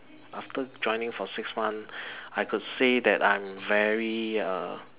after joining for six months I could say I am very err